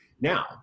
Now